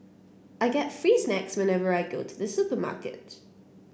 I get free snacks whenever I go to the supermarket